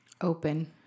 Open